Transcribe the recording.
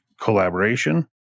collaboration